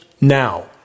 now